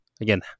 again